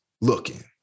looking